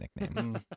nickname